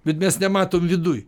bet mes nematom viduj